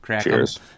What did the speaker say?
Cheers